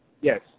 Yes